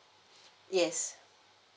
yes